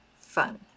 fun